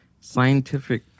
scientific